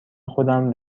خودم